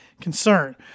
concern